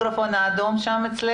יש לנו גם פניות בשפת הסימנים פעם בחודש.